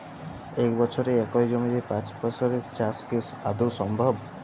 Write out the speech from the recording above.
এক বছরে একই জমিতে পাঁচ ফসলের চাষ কি আদৌ সম্ভব?